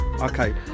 Okay